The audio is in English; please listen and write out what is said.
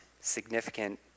significant